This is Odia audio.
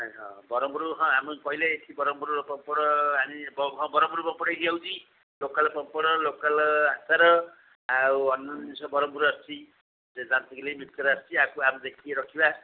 ଆରେ ହଁ ବରହମପୁର ଆମର ହଁ କହିଲେ ଏଠି ବରହମପୁରର ପାମ୍ପଡ଼ ଆଣି ହଁ ବରହମପୁରର ପାମ୍ପଡ଼ ଏଇଠି ଆସୁଛି ଲୋକାଲ୍ ପାମ୍ପଡ଼ ଲୋକାଲ୍ ଆଚାର ଆଉ ଅନ୍ୟାନ୍ୟ ଜିନିଷ ବରହମପୁରରୁ ଆସୁଛି ଯେ ଯାଚିକି ନେଇକି ମିକ୍ସଚର ଆସୁଛି ୟାକୁ ଆମେ ଦେଖିକି ରଖିବା